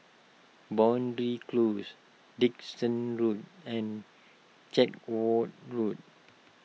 Boundary Close Dickson Road and Chatsworth Road